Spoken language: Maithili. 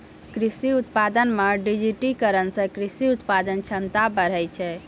कृषि उत्पादन मे डिजिटिकरण से कृषि उत्पादन क्षमता बढ़ै छै